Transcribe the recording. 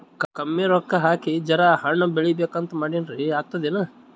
ಕಮ್ಮಿ ರೊಕ್ಕ ಹಾಕಿ ಜರಾ ಹಣ್ ಬೆಳಿಬೇಕಂತ ಮಾಡಿನ್ರಿ, ಆಗ್ತದೇನ?